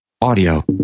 audio